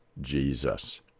Jesus